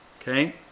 okay